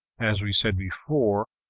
as we said before,